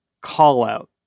call-out